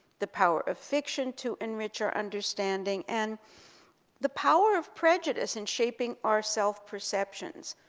the power of fiction to enrich our understanding, and the power of prejudice in shaping our self-perceptions,